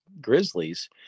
Grizzlies